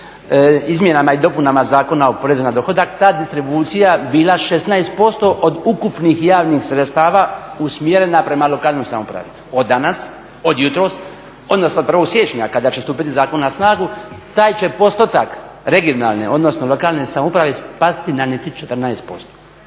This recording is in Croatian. izmjenama i dopunama Zakona o porezu na dohodak ta distribucija bila 16% od ukupnih javnih sredstava usmjerena prema lokalnoj samoupravi. Od danas, od jutros odnosno od 1. siječnja kada će stupiti zakon na snagu taj će postotak regionalne, odnosno lokalne samouprave spasti na niti 14%.